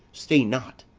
stay not,